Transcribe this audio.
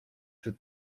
czy